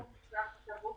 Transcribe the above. פוגעני.